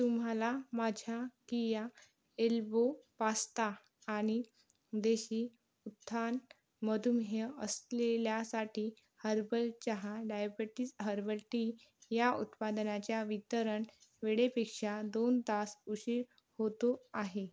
तुम्हाला माझ्या कीया एल्बो पास्ता आणि देसी उत्थान मधुमेह असलेल्यासाठी हर्बल चहा डायबिटी हर्बल टी या उत्पादनाच्या वितरण वेळेपेक्षा दोन तास उशीर होतो आहे